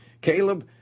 Caleb